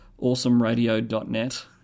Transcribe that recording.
awesomeradio.net